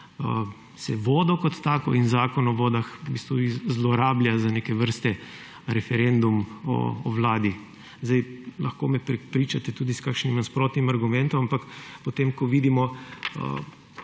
se vodo kot tako in Zakon o vodah zlorablja za neke vrste referendum o vladi. Lahko me prepričate tudi s kakšnim nasprotnim argumentom, ampak potem ko vidimo